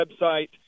website